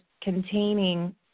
containing